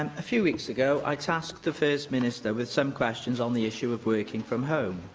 um a few weeks ago, i tasked the first minister with some questions on the issue of working from home.